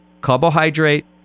carbohydrate